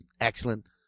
excellent